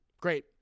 Great